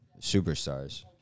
superstars